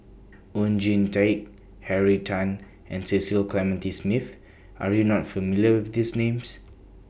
Oon Jin Teik Henry Tan and Cecil Clementi Smith Are YOU not familiar with These Names